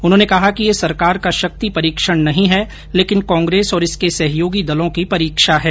उन्होंने कहा कि यह सरकार का शक्ति परीक्षण नहीं है लेकिन कांग्रेस और इसके सहयोगी दलों की परीक्षा है